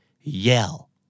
yell